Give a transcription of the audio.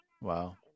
Wow